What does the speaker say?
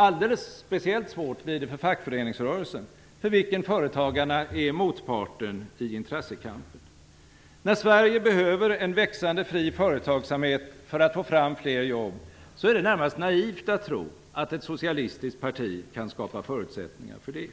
Alldeles speciellt svårt blir det för fackföreningsrörelsen, för vilken företagarna är motparten i intressekampen. När Sverige behöver en växande fri företagsamhet för att få fram fler jobb, är det närmast naivt att tro att ett socialistiskt parti kan skapa förutsättningar för detta.